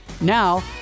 Now